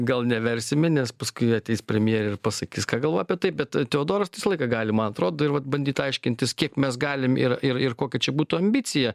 gal neversime nes paskui ateis premjerė ir pasakys ką galvoji apie tai bet teodoras tai visą laiką gali man atrodo ir vat bandyt aiškintis kiek mes galim ir ir ir kokia čia būtų ambicija